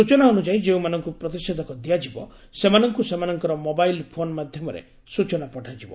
ସୂଚନା ଅନୁଯାୟୀ ଯେଉଁମାନଙ୍କୁ ପ୍ରତିଷେଧକ ଦିଆଯିବ ସେମାନଙ୍କୁ ସେମାନଙ୍କର ମୋବାଇଲ୍ ଫୋନ୍ ମାଧ୍ଘମରେ ସୂଚନା ପଠାଯିବ